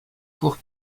cours